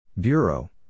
Bureau